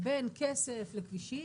בין כסף לכבישים,